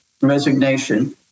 resignation